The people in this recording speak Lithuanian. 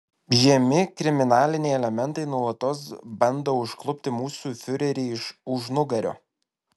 žemi kriminaliniai elementai nuolatos bando užklupti mūsų fiurerį iš užnugario